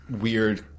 weird